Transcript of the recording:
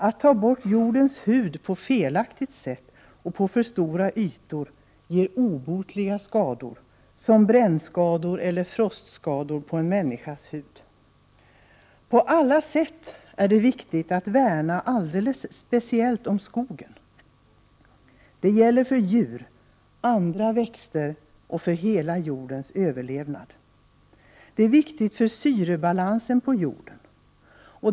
Att ta bort jordens hud på felaktigt sätt och på alltför stora ytor ger obotliga skador såsom brännskador eller frostskador på en människas hud. På alla sätt är det viktigt att värna alldeles speciellt om skogen. Det gäller för djur, andra växter och för hela jordens överlevnad. Det är viktigt för syrebalansen på jorden.